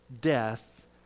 death